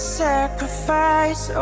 sacrifice